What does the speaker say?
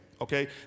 Okay